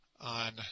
on